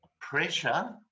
pressure